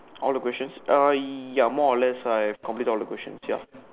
all the questions uh ya more or less I've completed all the questions ya